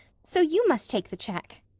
so you must take the check.